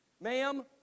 Ma'am